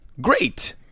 Great